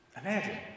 Imagine